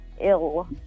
ill